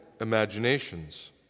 imaginations